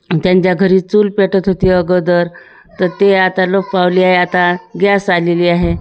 त्यांच्या घरी चूल पेटत होती अगोदर तर ते आता लोप पावली आहे आता गॅस आलेली आहे